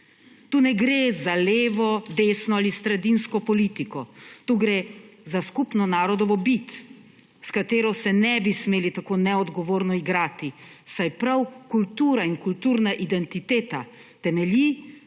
Tu ne gre za levo, desno ali sredinsko politiko, tukaj gre za skupno narodovo bit, s katero se ne bi smeli tako neodgovorno igrati, saj prav kultura in kulturna identiteta temelji,